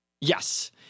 Yes